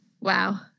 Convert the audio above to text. Wow